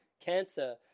cancer